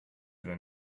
than